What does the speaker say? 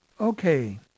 Okay